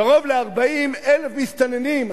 קרוב ל-40,000 מסתננים,